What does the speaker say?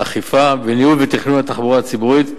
אכיפה, ניהול ותכנון התחבורה הציבורית,